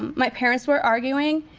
my parents were arguing.